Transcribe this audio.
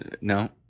No